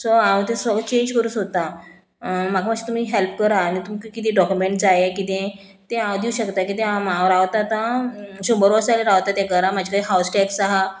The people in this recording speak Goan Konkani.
सो हांव तें सगळें चेंज करूं सोदतां म्हाका मातशें तुमी हेल्प करा आनी तुमकां किदें डॉक्युमेंट जाय किदें तें हांव दिवं शकता किदें हांव रावता आतां शंबर वोर्सा जालें रावता तें घरा म्हाजे कडे हावज टॅक्स आहा